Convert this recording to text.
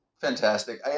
Fantastic